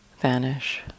vanish